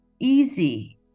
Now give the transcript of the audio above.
easy